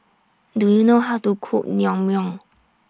Do YOU know How to Cook Naengmyeon